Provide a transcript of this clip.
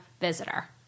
visitor